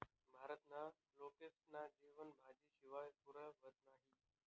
भारतना लोकेस्ना जेवन भाजी शिवाय पुरं व्हतं नही